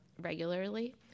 regularly